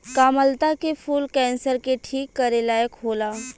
कामलता के फूल कैंसर के ठीक करे लायक होला